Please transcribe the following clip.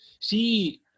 see